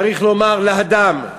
צריך לומר: להד"ם.